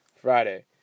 Friday